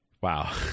Wow